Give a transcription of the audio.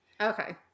Okay